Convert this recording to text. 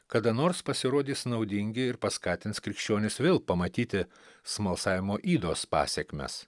kada nors pasirodys naudingi ir paskatins krikščionis vėl pamatyti smalsavimo ydos pasekmes